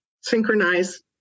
synchronize